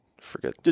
forget